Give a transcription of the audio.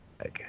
Okay